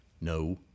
No